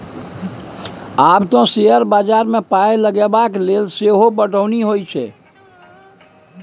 आब तँ शेयर बजारमे पाय लगेबाक लेल सेहो पढ़ौनी होए छै